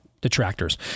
Detractors